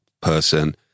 person